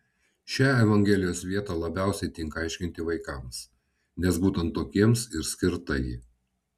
šią evangelijos vietą labiausiai tinka aiškinti vaikams nes būtent tokiems ir skirta ji